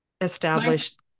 established